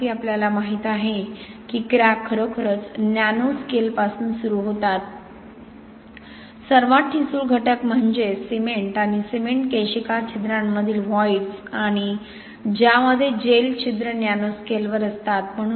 तथापि आपल्याला माहित आहे की क्रॅक खरोखरच नॅनो स्केलपासून सुरू होतात सर्वात ठिसूळ घटक म्हणजे सिमेंट आणि सिमेंट केशिका छिद्रांमधील व्हॉईड्स आणि ज्यामध्ये जेल छिद्र नॅनो स्केलवर असतात